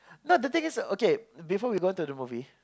no the thing is okay before we go on to the movie